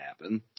happen